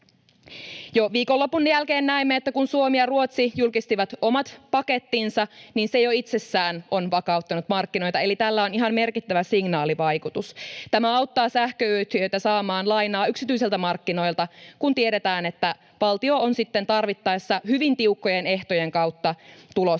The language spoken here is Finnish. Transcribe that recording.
Jo viikonlopun jälkeen näimme, että kun Suomi ja Ruotsi julkistivat omat pakettinsa, niin se jo itsessään on vakauttanut markkinoita, eli tällä on ihan merkittävä signaalivaikutus. Tämä auttaa sähköyhtiöitä saamaan lainaa yksityisiltä markkinoilta, kun tiedetään, että valtio on sitten tarvittaessa hyvin tiukkojen ehtojen kautta tulossa